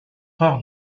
heures